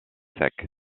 sec